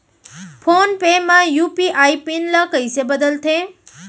Phone पे म UPI pin ल कइसे बदलथे?